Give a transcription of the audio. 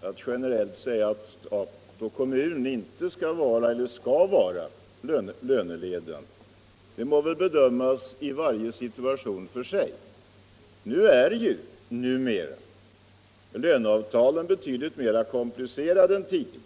att generellt säga att stat och kommun inte skall vara eller skall vara löneledande, herr Kristiansson. Det må bedömas i varje situation för sig. Numera är löneavtalen betydligt mer komplicerade än tidigare.